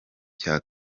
cya